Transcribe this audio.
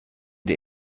der